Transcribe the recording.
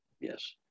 yes